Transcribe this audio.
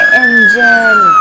engine